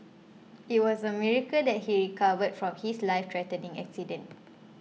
it was a miracle that he recovered from his lifethreatening accident